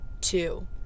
two